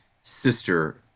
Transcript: sister